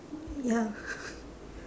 ya